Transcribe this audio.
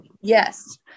Yes